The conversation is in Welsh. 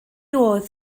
oedd